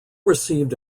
received